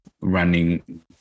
running